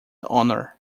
honor